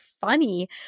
funny